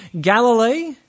Galilee